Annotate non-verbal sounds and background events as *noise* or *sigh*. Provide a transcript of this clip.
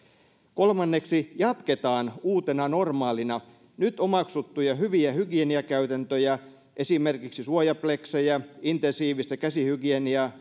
kolmanneksi jatketaan uutena normaalina nyt omaksuttuja hyviä hygieniakäytäntöjä esimerkiksi suojapleksejä intensiivistä käsihygieniaa *unintelligible*